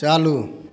चालू